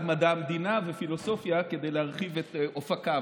מדע המדינה ופילוסופיה כדי להרחיב את אופקיו.